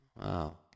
Wow